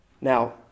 Now